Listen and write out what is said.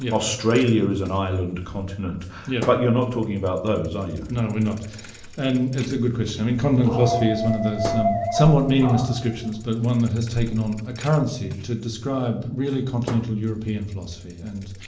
yeah australia is an island continent yeah but you're not talking about those are you? no we're not and it's a good question. i mean continental philosophy is one of those somewhat meaningless descriptions but one that has taken on a currency to describe really continental european philosophy and,